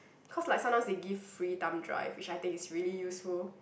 cause like sometimes they give free thumb-drive which I think is really useful